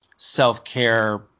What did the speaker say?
self-care